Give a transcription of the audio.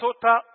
total